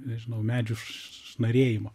nežinau medžių šnarėjimo